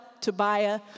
Tobiah